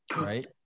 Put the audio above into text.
right